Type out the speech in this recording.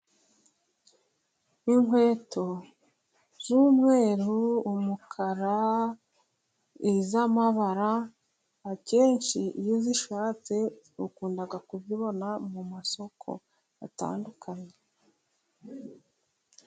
Inkweto z'umweru umukara z'amabara akenshi iyo uzishatse ukunda kuzibona mu masoko atandukanye.